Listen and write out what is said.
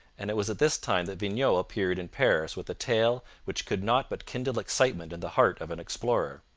and it was at this time that vignau appeared in paris with a tale which could not but kindle excitement in the heart of an explorer.